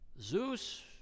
Zeus